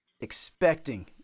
expecting